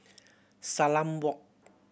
Salam Walk